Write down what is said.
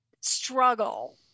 struggle